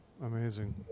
amazing